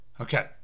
Okay